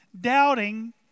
Doubting